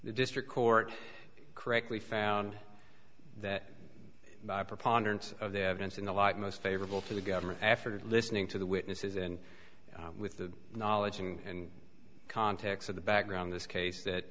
the district court correctly found that by preponderance of the evidence in the light most favorable to the government after listening to the witnesses and with the knowledge and context of the background this case that